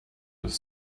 with